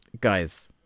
Guys